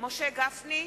משה גפני,